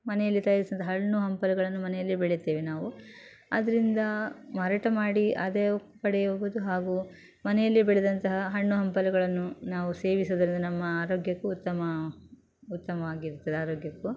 ಮನೆಯಲ್ಲಿ ತಯಾರಿಸಿದ ಹಣ್ಣು ಹಂಪಲುಗಳನ್ನು ಮನೆಯಲ್ಲೇ ಬೆಳಿತೇವೆ ನಾವು ಅದರಿಂದ ಮಾರಾಟ ಮಾಡಿ ಆದಾಯ ಪಡೆಯುವುದು ಹಾಗೂ ಮನೆಯಲ್ಲೇ ಬೆಳೆದಂತಹ ಹಣ್ಣು ಹಂಪಲುಗಳನ್ನು ನಾವು ಸೇವಿಸುವುದರಿಂದ ನಮ್ಮ ಆರೋಗ್ಯಕ್ಕೂ ಉತ್ತಮ ಉತ್ತಮವಾಗಿರುತ್ತದೆ ಆರೋಗ್ಯಕ್ಕೂ